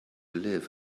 live